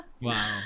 Wow